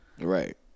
Right